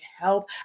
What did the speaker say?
health